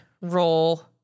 roll